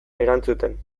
erantzuten